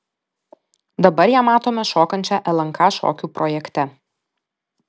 dabar ją matome šokančią lnk šokių projekte